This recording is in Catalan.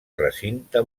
recinte